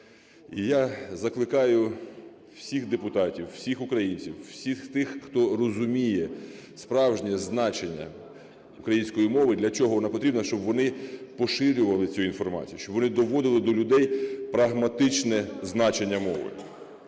І я закликаю всіх депутатів, всіх українців, всіх тих, хто розуміє справжнє значення української мови, для чого вона потрібна, щоб вони поширювали цю інформацію, щоб вони доводили до людей прагматичне значення мови.